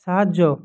সাহায্য